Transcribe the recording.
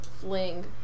fling